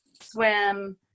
swim